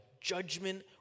judgment